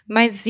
Mas